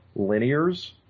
linears